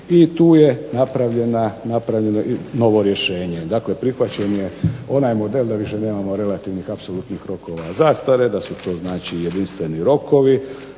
i tu je napravljeno i novo rješenje. Dakle, prihvaćen je onaj model da više nemamo relativnih apsolutnih rokova zastare, da su to znači jedinstveni rokovi.